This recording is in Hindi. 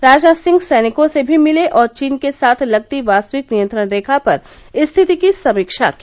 राजनाथ सिंह सैनिकों से भी मिले और चीन के साथ लगती वास्तविक नियंत्रण रेखा पर स्थिति की समीक्षा की